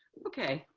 okay,